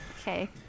Okay